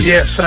Yes